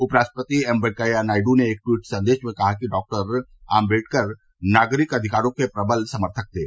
उपराष्ट्रपति एम वैंकैया नायडू ने एक ट्वीट संदेश में कहा कि डॉ आम्बेडकर नागरिक अधिकारों के प्रबल समर्थक थे